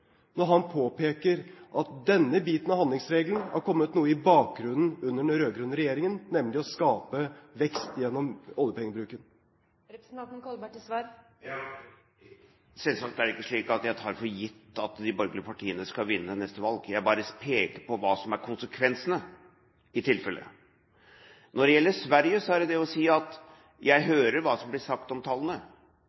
når han påpeker at denne biten av handlingsregelen har kommet noe i bakgrunnen under den rød-grønne regjeringen – nemlig det å skape vekst gjennom oljepengebruken? Selvsagt er det ikke slik at jeg tar det for gitt at de borgerlige partiene skal vinne neste valg; jeg bare peker på hva som i tilfelle er konsekvensene. Når det gjelder Sverige, er det det å si at jeg